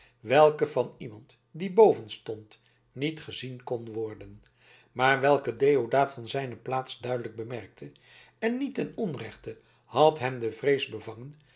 welke van iemand die boven stond niet gezien kon worden maar welke deodaat van zijne plaats duidelijk bemerkte en niet ten onrechte had hem de vrees bevangen